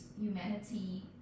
humanity